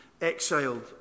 exiled